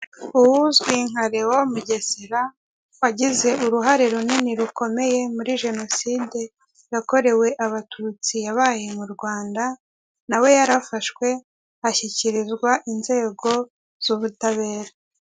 uzwi nka leon mugesera wagize uruhare runini rukomeye muri jenoside yakorewe abatutsi yabaye mu Rwanda, nawe yarafashwe ashyikirizwa inzego z'ubutabera.